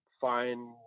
find